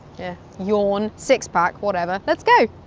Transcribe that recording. yeah yawn. six-pack. whatever. let's go!